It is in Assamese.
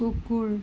কুকুৰ